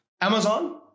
Amazon